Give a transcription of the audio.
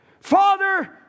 Father